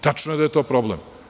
Tačno je da je to problem.